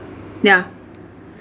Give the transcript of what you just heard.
ya